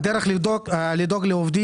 הדרך לדאוג לעובדים,